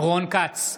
רון כץ,